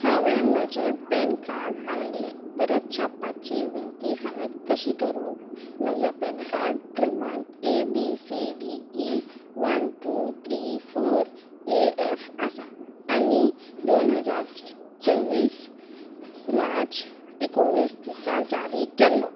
हांवें म्हजें पॅनकार्ड हारायलें परत छापपाची विनती हांवें कशी करूं म्हजो पॅनकार्ड क्रमांक A B C D one two three four A F आसा आनी दोन हजार चोवीस मार्च एकुणीस दिसा जारी केल्लो